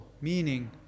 meaning